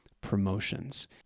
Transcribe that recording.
promotions